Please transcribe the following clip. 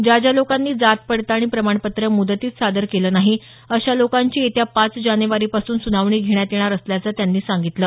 ज्या ज्या लोकांनी जात पडताळणी प्रमाणपत्र मुदतीत सादर केलं नाही अशा लोकांची येत्या पाच जानेवारीपासून सुनावणी घेण्यात येणार असल्याचं त्यांनी सांगितलं